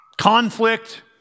Conflict